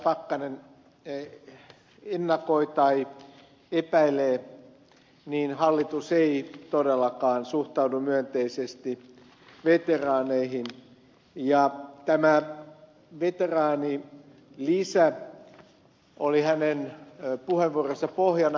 pakkanen ennakoi tai epäilee niin hallitus ei todellakaan suhtaudu myönteisesti veteraaneihin ja tämä veteraanilisä oli hänen puheenvuoronsa pohjana